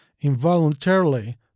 Involuntarily